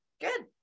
Good